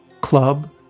club